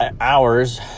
hours